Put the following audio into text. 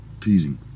teasing